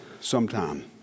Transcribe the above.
sometime